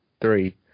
three